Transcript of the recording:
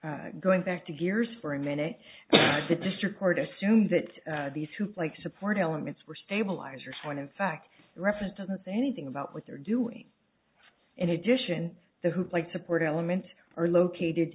favor going back to gears for a minute the district court assumes that these hoops like support elements were stabilizers when in fact reference doesn't say anything about what they're doing in addition to who played support elements are located